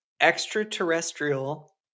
extraterrestrial